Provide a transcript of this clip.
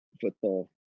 football